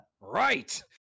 Right